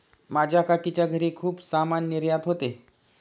माझ्या काकीच्या घरी खूप सामान निर्यात होते